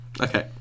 Okay